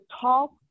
top